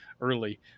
early